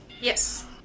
Yes